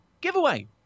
giveaway